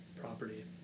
property